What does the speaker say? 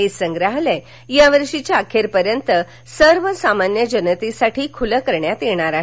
हे संग्रहालय यावर्षीच्या अखेर पर्यंत सर्व सामान्य जनतेसाठी खूलं करण्यात येणार आहे